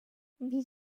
wie